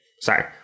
sorry